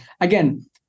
again